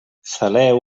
saleu